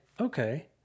okay